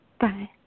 Bye